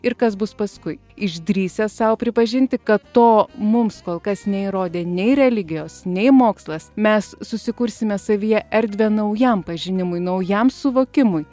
ir kas bus paskui išdrįsęs sau pripažinti kad to mums kol kas neįrodė nei religijos nei mokslas mes susikursime savyje erdvę naujam pažinimui naujam suvokimui